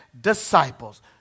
disciples